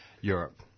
Europe